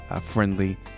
friendly